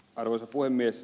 arvoisa puhemies